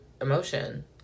emotion